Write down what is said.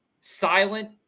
silent